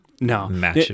No